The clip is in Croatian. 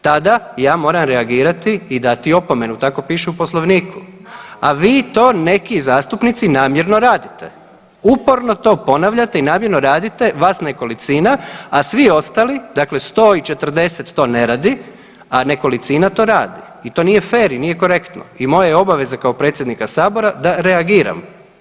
Tada ja moram reagirati i dati opomenu, tako piše u Poslovniku, a vi to neki zastupnici namjerno radite, uporno to ponavljate i namjerno radite vas nekolicina, a svi ostali, dakle 100 i 40 to ne radi, a nekolicina to radi i to nije fer i nije korektno i moja je obaveza kao predsjednika sabora da reagiram.